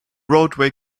roadway